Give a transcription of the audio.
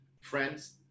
friends